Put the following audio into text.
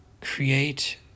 create